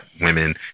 women